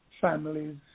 families